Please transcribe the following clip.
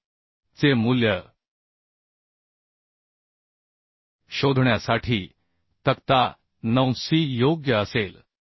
चे मूल्य शोधण्यासाठी तक्ता 9 C योग्य असेल